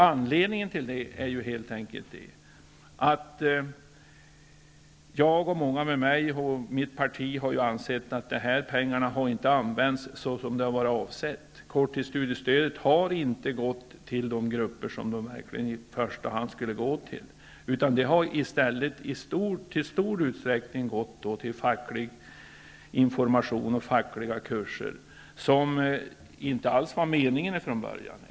Anledningen är ju helt enkelt att jag och många med mig -- och mitt parti -- har ansett att de här pengarna inte har använts så som varit avsett. Korttidsstudiestödet har inte gått till de grupper som det i första hand skulle gå till. Det har i stället i stor utsträckning gått till facklig information och fackliga kurser, vilket inte alls var meningen från början.